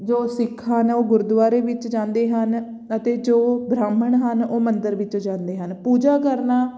ਜੋ ਸਿੱਖ ਹਨ ਉਹ ਗੁਰਦੁਆਰੇ ਵਿੱਚ ਜਾਂਦੇ ਹਨ ਅਤੇ ਜੋ ਬ੍ਰਾਹਮਣ ਹਨ ਉਹ ਮੰਦਰ ਵਿੱਚ ਜਾਂਦੇ ਹਨ ਪੂਜਾ ਕਰਨਾ